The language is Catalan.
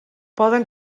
poden